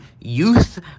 youth